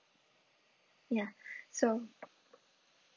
ya so